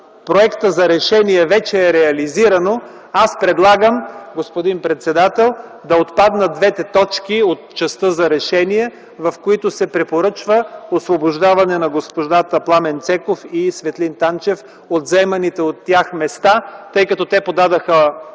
проекта за решение вече е реализирано, аз предлагам, господин председател, да отпаднат двете точки от частта за решение, в които се препоръчва освобождаване на господата Пламен Цеков и Светлин Танчев от заеманите от тях места, тъй като те подадоха